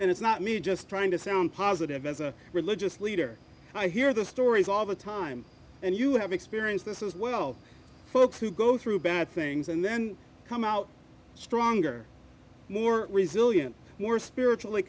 and it's not me just trying to sound positive as a religious leader i hear the stories all the time and you have experienced this as well folks who go through bad things and then come out stronger more resilient more spiritually